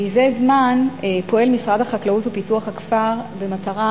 מזה זמן פועל משרד החקלאות ופיתוח הכפר במטרה